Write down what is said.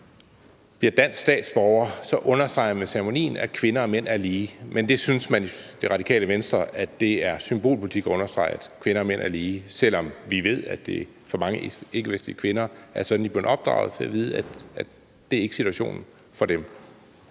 bliver dansk statsborger, understreger med ceremonien, at kvinder og mænd er lige. Men Det Radikale Venstre synes, at det er symbolpolitik at understrege, at kvinder og mænd er lige, selv om vi ved, at det for mange ikkevestlige kvinder er sådan, de er blevet opdraget – at de har fået at vide, at det ikke er situationen for dem.